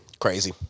Crazy